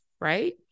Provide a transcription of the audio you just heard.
right